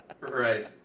Right